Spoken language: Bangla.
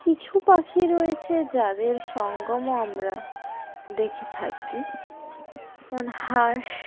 কিছু পাখি রয়েছে যাদের সংঙ্গমও আমরা দেখে থাকি যেমন হাঁস